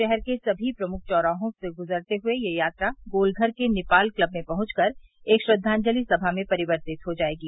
शहर के समी प्रमुख चौराहे से गुजरते हुए यह यात्रा गोलघर के निपाल क्लब में पहुंच कर एक श्रद्दाजलि सभा में परिवर्तित हो जायेगी